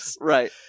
Right